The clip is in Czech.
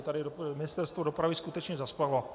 Tady Ministerstvo dopravy skutečně zaspalo.